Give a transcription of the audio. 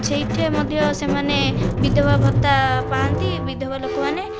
ସେଥିରେ ମଧ୍ୟ ସେମାନେ ବିଧବା ଭତ୍ତା ପାଆନ୍ତି ବିଧବା ଲୋକମାନେ